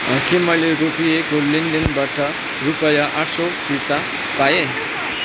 के मैले रोकिएको लेनदेनबाट रुपियाँ आठ सय फिर्ता पाएँ